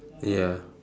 ya